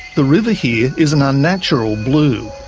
the river here is an unnatural blue.